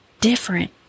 different